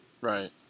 right